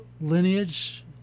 lineage